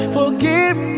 forgive